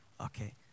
Okay